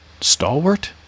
Stalwart